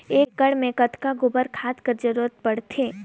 एक एकड़ मे कतका गोबर खाद के जरूरत पड़थे?